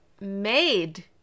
Made